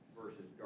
versus